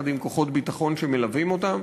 יחד עם כוחות ביטחון שמלווים אותן,